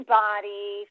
body